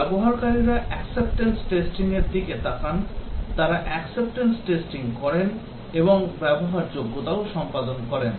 ব্যবহারকারীরা acceptance testing এর দিকে তাকান তারা acceptance testing করেন এবং ব্যবহারযোগ্যতাও সম্পাদন করেন